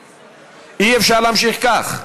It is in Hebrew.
אי-אפשר להמשיך כך.